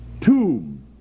tomb